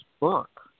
book